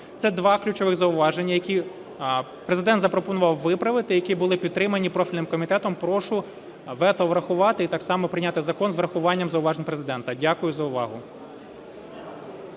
Це два ключові зауваження, які Президент запропонував виправити, які були підтримані профільним комітетом. Прошу вето врахувати і так само прийняти закон з урахуванням зауважень Президента. Дякую за увагу.